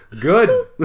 Good